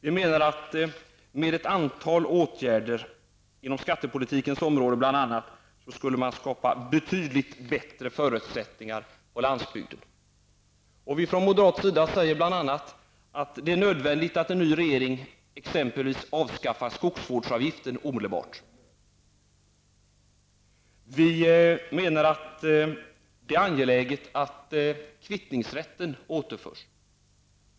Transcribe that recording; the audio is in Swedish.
Vi anser att man med ett antal åtgärder, bl.a. på skattepolitikens område, skulle skapa betydligt bättre förutsättningar för landsbygden. Vi moderater anser att en ny regering omedelbart avskaffar skogsvårdsavgiften. Vi anser att det är angeläget att kvittningsrätten återinförs.